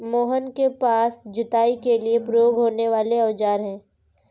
मोहन के पास जुताई के लिए प्रयोग होने वाले औज़ार है